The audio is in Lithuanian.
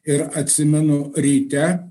ir atsimenu ryte